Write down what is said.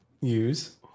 use